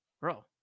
bro